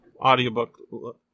audiobook